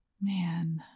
Man